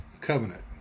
covenant